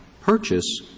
purchase